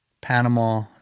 Panama